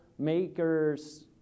makers